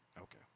Okay